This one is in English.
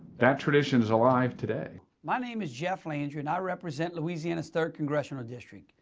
that tradition is alive today. my name is jeff landry and i represent louisiana's third congressional district.